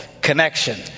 connection